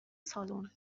سالن